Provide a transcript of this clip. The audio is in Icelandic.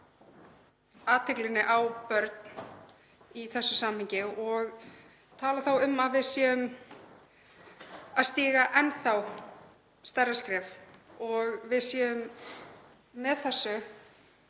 athyglinni að börnum í þessu samhengi og tala þá um að við séum að stíga enn þá stærra skref og séum með þessu